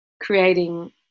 creating